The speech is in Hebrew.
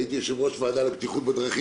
הייתי יושב-ראש ועדה לבטיחות בדרכים,